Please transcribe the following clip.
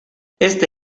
este